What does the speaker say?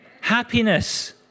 Happiness